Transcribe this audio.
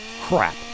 crap